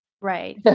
Right